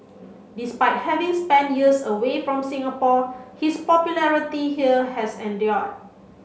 despite having spent years away from Singapore his popularity here has endured